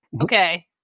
Okay